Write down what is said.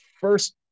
first